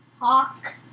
Hawk